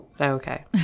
Okay